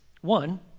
one